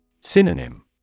Synonym